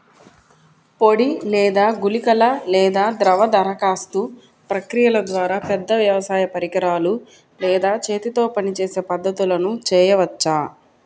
పొడి లేదా గుళికల లేదా ద్రవ దరఖాస్తు ప్రక్రియల ద్వారా, పెద్ద వ్యవసాయ పరికరాలు లేదా చేతితో పనిచేసే పద్ధతులను చేయవచ్చా?